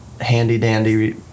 handy-dandy